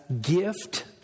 gift